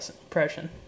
impression